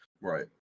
right